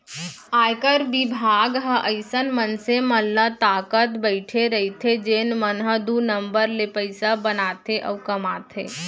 आयकर बिभाग ह अइसन मनसे मन ल ताकत बइठे रइथे जेन मन ह दू नंबर ले पइसा बनाथे अउ कमाथे